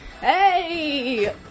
Hey